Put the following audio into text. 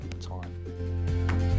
time